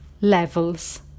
levels